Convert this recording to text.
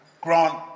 Grant